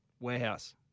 Warehouse